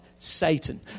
Satan